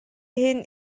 иһин